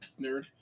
nerd